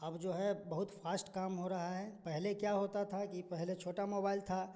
अब जो है बहुत फ़ास्ट काम हो रहा है पहले क्या होता था कि पहले छोटा मोबाइल था